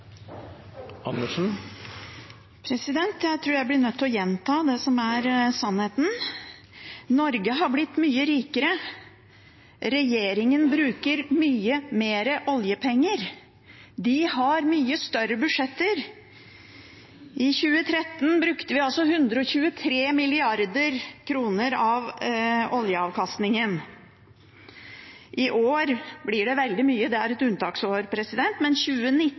sannheten: Norge har blitt mye rikere. Regjeringen bruker mye mer oljepenger. De har mye større budsjetter. I 2013 brukte vi 123 mrd. kr av oljeavkastningen. I år blir det veldig mye – det er et unntaksår, men i 2019